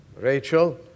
Rachel